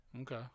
Okay